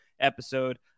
episode